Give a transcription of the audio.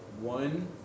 one